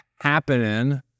happening